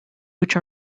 which